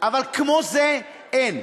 אבל כמו זה אין.